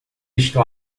estão